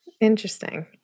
Interesting